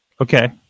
okay